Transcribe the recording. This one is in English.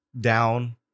Down